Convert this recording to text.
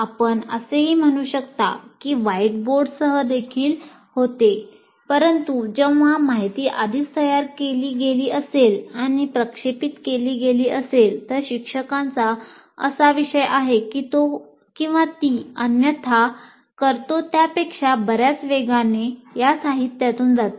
आपण असेही म्हणू शकता की व्हाईटबोर्डसह देखील होते परंतु जेव्हा माहिती आधीच तयार केली गेली असेल आणि प्रक्षेपित केली गेली असेल तर शिक्षकाचा असा विषय आहे की तो किंवा ती अन्यथा करतो त्यापेक्षा बर्याच वेगाने या साहित्यातून जातो